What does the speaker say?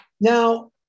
Now